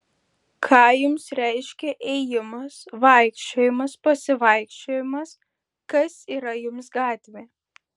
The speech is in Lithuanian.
ką jums reiškia ėjimas vaikščiojimas pasivaikščiojimas kas yra jums gatvė